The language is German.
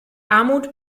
armut